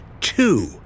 Two